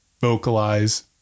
vocalize